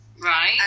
Right